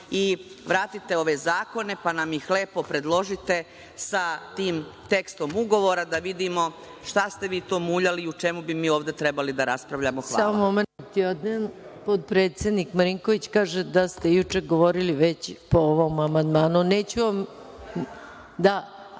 i vratite ove zakone, pa nam ih lepo predložite sa tim tekstom ugovora da vidimo šta ste vi to muljali i o čemu bi mi ovde trebali da raspravljamo. Hvala. **Maja Gojković** Samo momenat. Potpredsednik Marinković kaže da ste juče govorili već po ovom amandmanu.(Vjerica Radeta